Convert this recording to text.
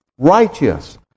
righteous